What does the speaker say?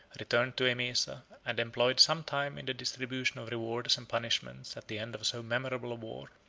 returned to emesa, and employed some time in the distribution of rewards and punishments at the end of so memorable a war,